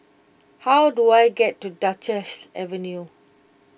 how do I get to Duchess Avenue